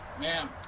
ma'am